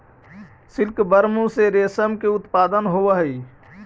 silkworm से रेशम के उत्पादन होवऽ हइ